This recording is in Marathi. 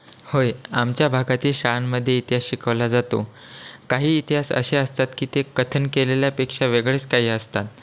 होय आमच्या भागातील शाळांमध्ये इतिहास शिकवला जातो काही इतिहास असे असतात की ते कथन केलेल्यापेक्षा वेगळेच काही असतात